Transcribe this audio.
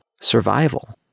survival